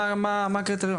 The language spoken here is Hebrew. מה הקריטריון?